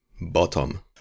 bottom